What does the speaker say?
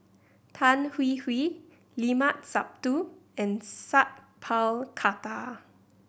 Tan Hwee Hwee Limat Sabtu and Sat Pal Khattar